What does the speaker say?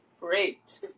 Great